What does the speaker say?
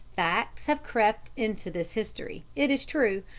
facts have crept into this history, it is true,